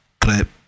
Clip